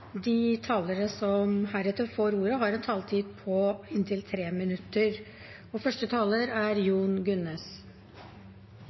De talere som heretter får ordet, har en taletid på inntil 3 minutter. Det er smått utrolig å sitte og